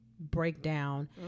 breakdown